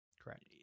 correct